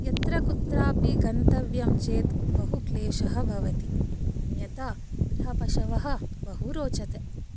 यत्र कुत्रापि गन्तव्यं चेत् बहुक्लेशः भवति अन्यथा गृहपशवः बहु रोचते